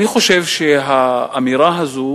אני חושב שהאמירה הזאת,